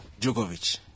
Djokovic